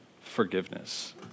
forgiveness